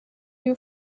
you